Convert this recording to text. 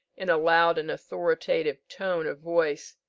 in a loud and authoritative tone of voice,